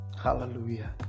Hallelujah